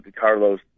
Carlos